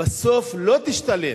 בסוף לא תשתלם.